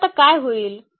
तर आता काय होईल